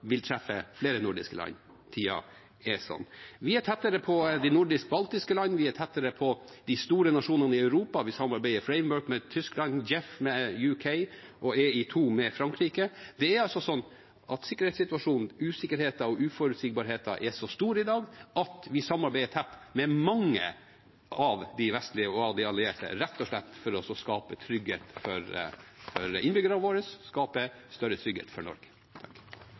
vil treffe flere nordiske land. Tida er slik. Vi er tettere på de nordisk-baltiske land, og vi er tettere på de store nasjonene i Europa: Vi samarbeider i Framework med Tyskland, JEF med Storbritannia og EI2 med Frankrike. Det er altså slik at sikkerhetssituasjonen, usikkerheten og uforutsigbarheten er så stor i dag at vi samarbeider tett med mange av de vestlige og allierte landene, rett og slett for å skape trygghet for innbyggerne våre – skape større trygghet for Norge.